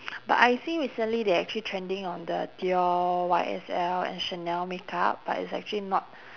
but I see recently they're actually trending on the dior Y_S_L and chanel make up but it's actually not